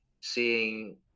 seeing